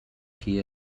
qui